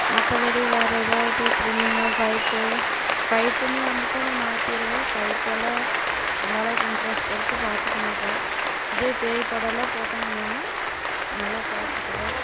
மற்றபடி வேறு ஏதாவுது த்ரில்லிங்காந ஃபைட்டு ஃபைட்டுன்னு வந்துட்டால் நான் மாற்றிருவேன் ஃபைட்டெல்லாம் அந்தளவுக்கு இன்ட்ரஸ்ட் எடுத்து பாத்துக்க மாட்டோம் இதே பேய் படோலாம் போட்டாங்கள்னால் நல்லா பார்த்துக்குவேன்